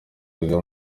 rwiga